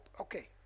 Okay